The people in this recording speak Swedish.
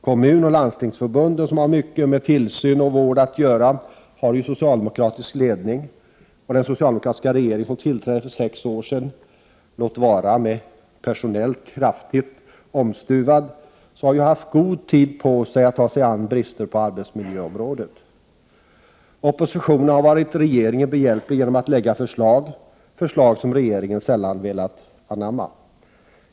Kommunoch landstingsförbunden, som har mycket med tillsyn och vård att göra, har ju socialdemokratisk ledning. Den socialdemokratiska regeringen, som tillträdde för sex år sedan, låt vara personellt kraftigt omstuvad, har haft god tid på sig att ta sig an bristerna på arbetsmiljöområdet. Oppositionen har varit regeringen behjälplig genom att lägga fram förslag — förslag som regeringen sällan velat anamma.